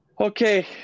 Okay